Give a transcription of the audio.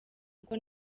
kuko